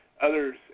others